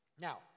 Now